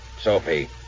Sophie